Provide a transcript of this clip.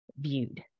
viewed